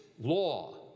law